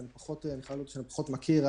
וזה משהו שאני פחות מכיר.